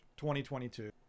2022